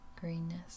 greenness